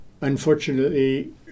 unfortunately